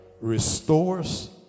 restores